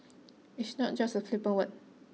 it's not just a flippant word